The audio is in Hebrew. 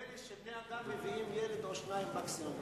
נדמה לי שבני-אדם מביאים ילד או שניים מקסימום,